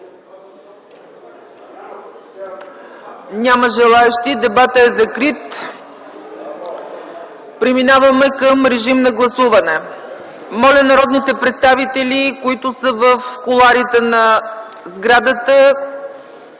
Няма желаещи. Дебатът е закрит. Преминаваме към режим на гласуване. Моля народните представители, които са в кулоарите на сградата,